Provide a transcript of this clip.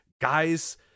guys